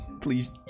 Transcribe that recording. Please